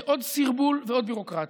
זה עוד סרבול ועוד ביורוקרטיה.